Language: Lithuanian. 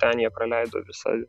ten jie praleido visą